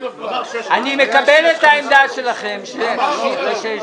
אני מקבל את העמדה שלכם, 6,